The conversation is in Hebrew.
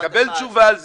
תקבל תשובה על זה,